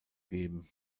geben